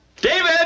David